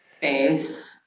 face